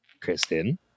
Kristen